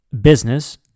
business